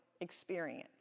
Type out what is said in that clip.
experience